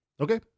Okay